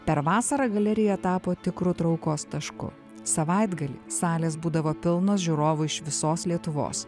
per vasarą galerija tapo tikru traukos tašku savaitgalį salės būdavo pilnos žiūrovų iš visos lietuvos